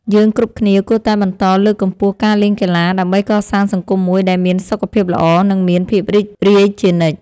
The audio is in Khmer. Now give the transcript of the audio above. យើងគ្រប់គ្នាគួរតែបន្តលើកកម្ពស់ការលេងកីឡាដើម្បីកសាងសង្គមមួយដែលមានសុខភាពល្អ និងមានភាពរីករាយជានិច្ច។